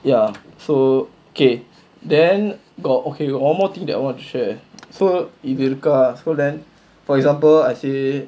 ya so okay then got okay got one more thing that I want to share so if you ca~ இது இருக்கா:idhu irukkaa show them for example I say